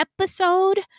episode